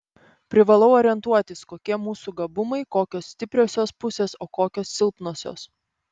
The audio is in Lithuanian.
privalau orientuotis kokie mūsų gabumai kokios stipriosios pusės o kokios silpnosios